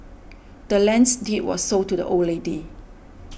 the land's deed was sold to the old lady